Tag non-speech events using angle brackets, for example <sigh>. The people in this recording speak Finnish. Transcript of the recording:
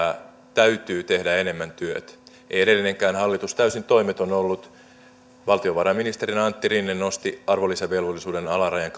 täytyy tehdä enemmän työtä ei edellinenkään hallitus täysin toimeton ollut valtiovarainministerinä antti rinne nosti arvonlisäverovelvollisuuden alarajan <unintelligible>